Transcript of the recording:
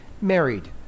married